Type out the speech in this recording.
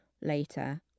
later